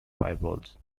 firewalls